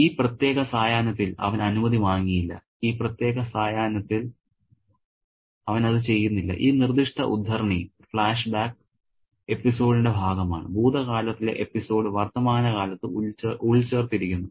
ഈ പ്രത്യേക സായാഹ്നത്തിൽ അവൻ അനുമതി വാങ്ങിയില്ല ഈ പ്രത്യേക സായാഹ്നത്തിൽ അവൻ അത് ചെയ്യുന്നില്ല ഈ നിർദ്ദിഷ്ട ഉദ്ധരണി ഫ്ലാഷ്ബാക്ക് എപ്പിസോഡിന്റെ ഭാഗമാണ് ഭൂതകാലത്തിലെ എപ്പിസോഡ് വർത്തമാനകാലത്ത് ഉൾച്ചേർത്തിരിക്കുന്നു